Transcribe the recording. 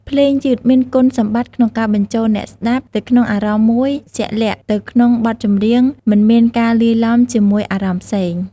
ភ្លេងយឺតមានគុណសម្បត្តិក្នុងការបញ្ចូលអ្នកស្តាប់ទៅក្នុងអារម្មណ៍មួយជាក់លាក់ទៅក្នុងបទចម្រៀងមិនមានការលាយឡំជាមួយអារម្មណ៍ផ្សេង។